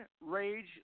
Rage